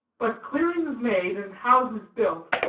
but clearings made and houses built,